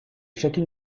chacune